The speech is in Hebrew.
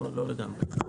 לא לגמרי.